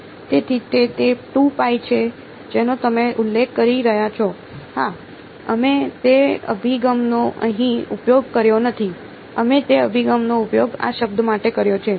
તેથી તે તે છે જેનો તમે ઉલ્લેખ કરી રહ્યા છો હા અમે તે અભિગમનો અહીં ઉપયોગ કર્યો નથી અમે તે અભિગમનો ઉપયોગ આ શબ્દ માટે કર્યો છે